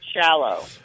shallow